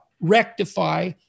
rectify